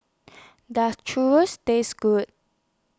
Does Churros Taste Good